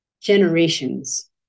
generations